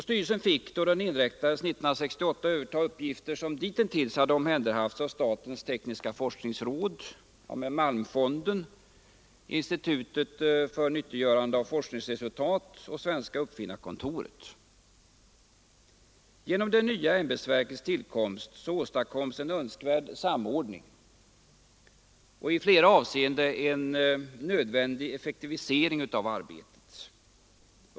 Styrelsen fick, då den inrättades 1968, överta uppgifter som ditintills hade omhänderhafts av statens tekniska forskningsråd, Malmfonden, institutet för nyttiggörande av forskningsresultat samt Svenska uppfinnarkontoret. Genom det nya ämbetsverkets tillkomst åstadkoms en önskvärd samordning och i flera avseenden också en effektivisering av arbetet.